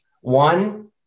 One